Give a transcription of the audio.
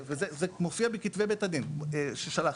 זה מופיע בכתבי בית הדין ששלחתי.